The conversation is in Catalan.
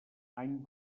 any